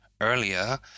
earlier